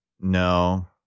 No